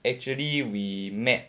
actually we met